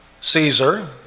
Caesar